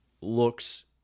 looks